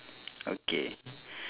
okay